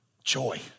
Joy